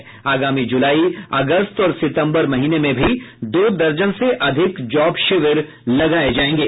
इसके अंतर्गत जुलाई अगस्त और सितंबर महीने में भी दो दर्जन से अधिक जॉब शिविर लगाये जायेंगे